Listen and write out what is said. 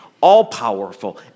all-powerful